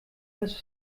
das